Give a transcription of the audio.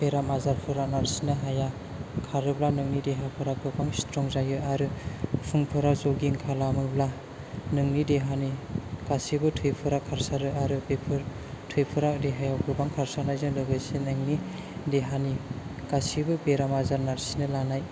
बेराम आजारफोरा नारसिननो हाया खारोबा नोंनि देहाफोरा गोबां स्ट्रं जायो आरो फुंफोराव जगिं खालामोबा नोंनि देहानि गासैबो थैफोरा खारसारो आरो बेफोर थैफोरा देहायाव गोबां खारसारनायजों लोगोसेनो नोंनि देहानि गासिबो बेराम आजार नारसिननो लानाय